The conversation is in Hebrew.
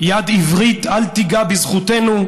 "יד עברית אל תיגע בזכותנו,